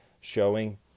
showing